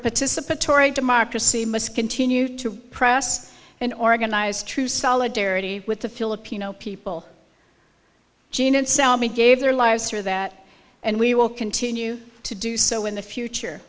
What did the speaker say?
participatory democracy must continue to press and organize true solidarity with the filipino people gene and sound we gave their lives for that and we will continue to do so in the future